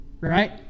right